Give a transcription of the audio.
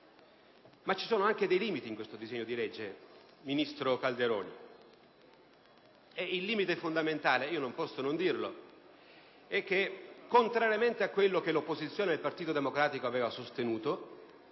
Ci sono però anche dei limiti in questo disegno di legge, ministro Calderoli: il limite fondamentale - non posso non sottolinearlo - è che, contrariamente a quanto l'opposizione e il Partito Democratico avevano sostenuto,